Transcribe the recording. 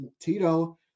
Tito